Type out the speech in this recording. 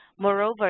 Moreover